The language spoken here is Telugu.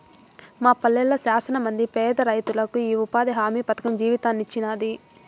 మా పల్లెళ్ళ శానమంది పేదరైతులకు ఈ ఉపాధి హామీ పథకం జీవితాన్నిచ్చినాది